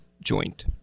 joint